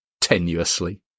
tenuously